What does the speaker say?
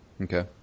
Okay